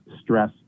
stress